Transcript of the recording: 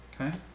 Okay